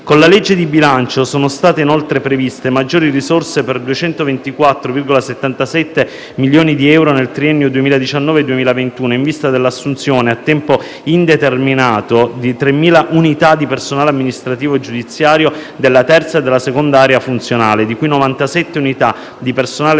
Con la legge di bilancio sono state inoltre previste maggiori risorse per 224,77 milioni di euro nel triennio 2019-2021 in vista dell'assunzione a tempo indeterminato di 3.000 unità di personale amministrativo giudiziario della terza e della seconda area funzionale, di cui 97 unità di personale